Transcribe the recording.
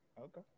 Okay